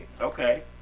Okay